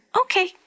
Okay